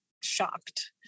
shocked